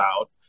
out